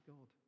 God